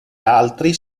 altri